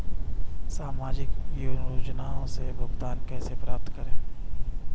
सामाजिक योजनाओं से भुगतान कैसे प्राप्त करें?